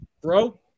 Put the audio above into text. bro